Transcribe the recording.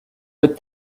but